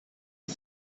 sie